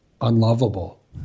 unlovable